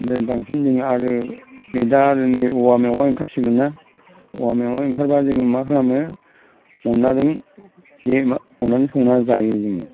ओमफ्राय बांसिन जोङो आरो नै दा आरो औवा मेवाइ ओंखारसिगोनना औवा मेवाइ ओंखारबा जोङो मा खालामो अनलाजों संनानै जायो जोङो